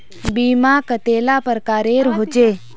बीमा कतेला प्रकारेर होचे?